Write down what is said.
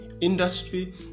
industry